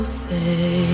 say